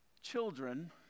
children